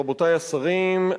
רבותי השרים,